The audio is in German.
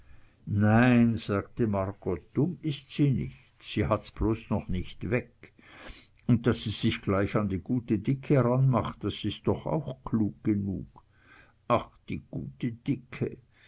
nein sagte margot dumm ist sie nicht sie hat's bloß noch nich weg und daß sie sich gleich an die gute dicke ranmacht das is doch auch klug genug ach die gute dicke